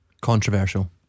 Controversial